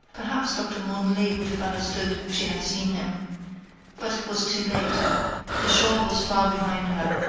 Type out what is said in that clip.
perhaps doctor mandelet would have understood if she had seen him but it was too late the shore was far behind her,